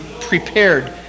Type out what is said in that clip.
prepared